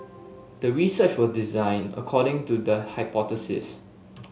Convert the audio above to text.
the research was designed according to the hypothesis